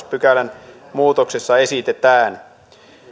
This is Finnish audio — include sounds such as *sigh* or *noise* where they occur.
*unintelligible* pykälän muutoksessa esitetään